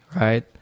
right